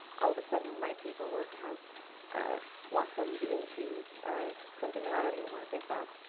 all of a sudden my paperwork has blossomed into something that i don't even want to think about.